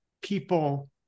people